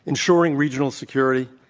ensuring regional security,